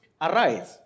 arise